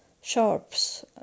sharps